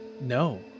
No